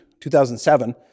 2007